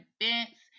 events